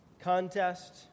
contest